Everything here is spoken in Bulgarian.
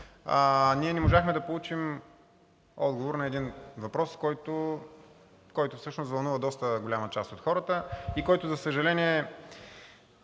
ние не можахме да получим отговор на един въпрос, който всъщност вълнува доста голяма част от хората и който, за съжаление,